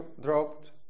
dropped